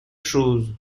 chose